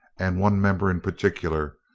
and one member in particular,